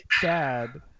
sad